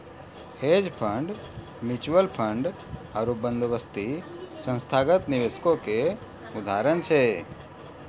hedge fund, mutual fund आरु बंदोबस्ती संस्थागत निवेशको के उदाहरण छै